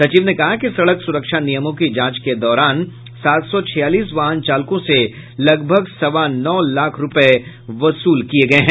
सचिव ने कहा कि सड़क सुरक्षा निमयों की जांच के दौरान सात सौ छियालीस वाहन चालकों से लगभग सवा नौ लाख रूपये वसूले गये हैं